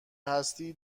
هستی